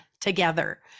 together